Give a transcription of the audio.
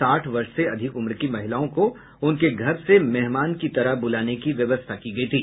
साठ वर्ष से अधिक उम्र की महिलाओं को उनके घर से मेहमान की तरह बुलाने की व्यवस्था की गयी थी